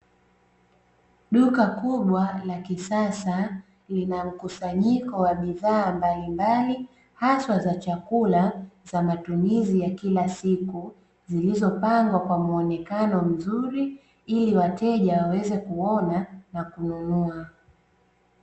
Duka kubwa la kisasa lina mkusanyiko wa bidhàa mbalimbali haswa za chakula za matumizi ya kila siku, zilizopangwa kwa muonekano mzuri ili wateja waweze kuona na kununua.